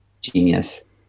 genius